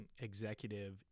executive